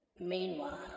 Meanwhile